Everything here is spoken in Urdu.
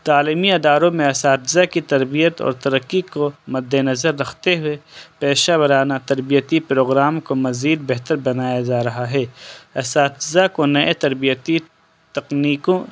تعلیمی اداروں میں اساتذہ کی تربیت اور ترقّی کو مدِّ نَظَر رکھتے ہوئے پیشہ ورانہ تربیتی پروگرام کو مزید بہتر بنایا جا رہا ہے اساتذہ کو نئے تربیتی تکنیکیوں